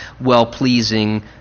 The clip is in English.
well-pleasing